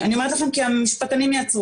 כדי שאם הם יכולים לצאת החוצה הם ייכנסו